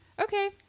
Okay